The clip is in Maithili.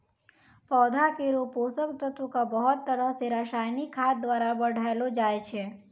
पौधा केरो पोषक तत्व क बहुत तरह सें रासायनिक खाद द्वारा बढ़ैलो जाय छै